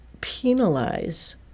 penalize